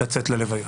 ללוויות.